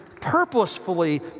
purposefully